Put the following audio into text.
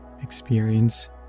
Experience